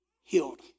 healed